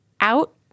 out